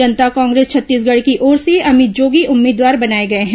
जनता कांग्रेस छत्तीसगढ की ओर से अभित जोगी उम्मीदवार बनाए गए हैं